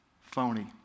phony